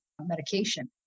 medication